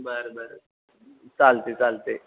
बरं बरं चालते चालते